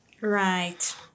Right